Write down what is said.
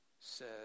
says